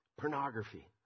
pornography